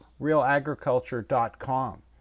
realagriculture.com